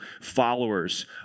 followers